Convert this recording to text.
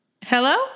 Hello